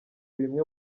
bimwe